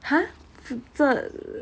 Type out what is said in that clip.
!huh! 这